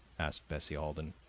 asked bessie alden.